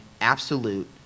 absolute